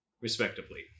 respectively